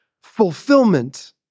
fulfillment